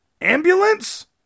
Ambulance